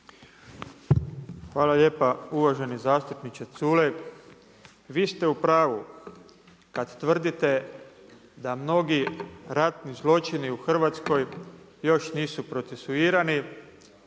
Hvala lijepa. Uvaženi zastupnice Culej, vi ste u pravu kad tvrdite da mnogi ratni zločini u Hrvatskoj još nisu procesuirani,